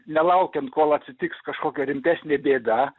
nelaukiant kol atsitiks kažkokia rimtesnė bėda